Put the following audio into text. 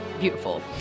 beautiful